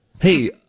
Hey